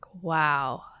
wow